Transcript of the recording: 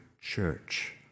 church